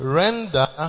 render